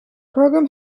program